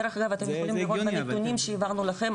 אתם יכולים לראות את הנתונים שהעברנו לכם,